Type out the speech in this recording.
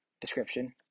description